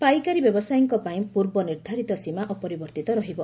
ପାଇକାରୀ ବ୍ୟବସାୟୀଙ୍କ ପାଇଁ ପୂର୍ବ ନିର୍ଦ୍ଧାରିତ ସୀମା ଅପରିବର୍ତ୍ତିତ ରହିବ